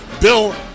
Bill